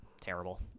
terrible